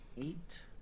Eight